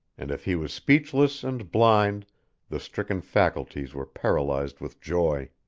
and if he was speechless and blind the stricken faculties were paralyzed with joy.